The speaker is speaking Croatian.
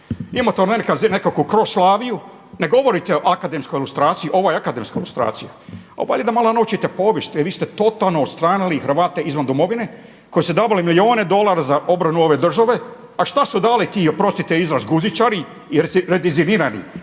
Imate nekakvu Kroslaviju. Ne govorite o akademskoj lustraciji, ovo je akademska lustracija. On veli da malo naučite povijest, e vi ste totalno odstranili Hrvate izvan Domovine koji su davali milijune dolara za obranu ove države. A šta su dali ti oprostite izraz guzičari i …/Govornik